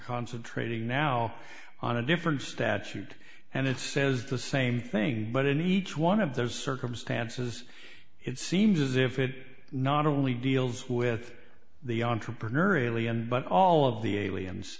concentrating now on a different statute and it says the same thing but in each one of those circumstances it seems as if it not only deals with the entrepreneurially and but all of the aliens